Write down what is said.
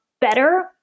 better